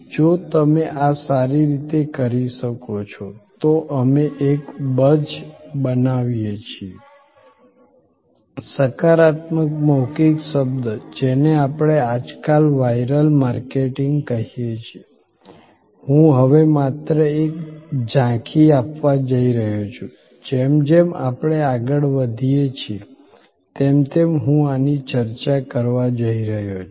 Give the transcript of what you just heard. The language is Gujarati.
જો તમે આ સારી રીતે કરી શકો છો તો અમે એક બઝ બનાવીએ છીએ સકારાત્મક મૌખિક શબ્દ જેને આપણે આજકાલ વાઈરલ માર્કેટિંગ કહીએ છીએ હું હવે માત્ર એક ઝાંખી આપવા જઈ રહ્યો છું જેમ જેમ આપણે આગળ વધીએ છીએ તેમ તેમ હું આની ચર્ચા કરવા જઈ રહ્યો છું